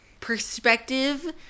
perspective